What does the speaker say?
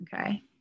Okay